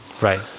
Right